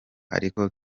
ariko